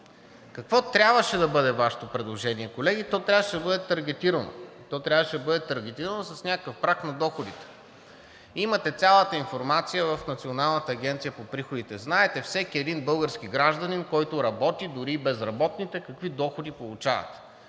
Какво трябваше да бъде Вашето предложение, колеги? То трябваше да бъде таргетирано. То трябваше да бъде таргетирано с някакъв праг на доходите. Имате цялата информация в Националната агенция за приходите. Знаете всеки един български гражданин, който работи, дори и безработните какви доходи получават,